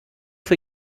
für